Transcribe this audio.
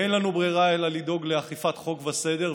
ואין לנו ברירה אלא לדאוג לאכיפת חוק וסדר,